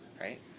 Right